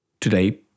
today